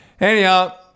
Anyhow